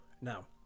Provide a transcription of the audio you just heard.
Now